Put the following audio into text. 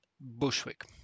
Bushwick